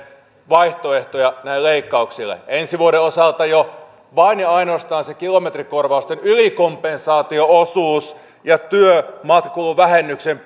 vaihtoehtoja näille leikkauksille ensi vuoden osalta jo vain ja ainoastaan se kilometrikorvausten ylikompensaatio osuus ja työmatkakuluvähennyksen